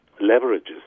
leverages